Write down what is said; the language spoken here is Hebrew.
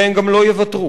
והם גם לא יוותרו.